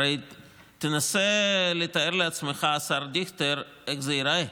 הרי תנסה לתאר לעצמך, השר דיכטר, איך זה ייראה.